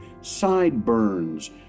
Sideburns